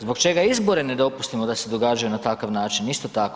Zbog čega izbore ne dopustimo da se događaju na takav način isto tako?